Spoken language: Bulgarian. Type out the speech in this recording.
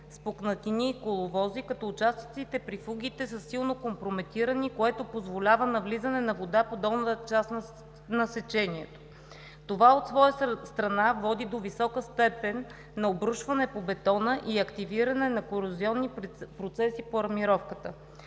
пукнатини и коловози, като участъците при фугите са силно компрометирани, което позволява навлизане на вода по долната част на сечението. Това от своя страна води до висока степен на обрушване по бетона и активиране на корозионни процеси по армировката.